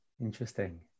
Interesting